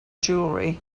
jewellery